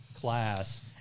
class